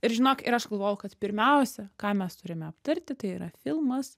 ir žinok ir aš galvojau kad pirmiausia ką mes turime aptarti tai yra filmas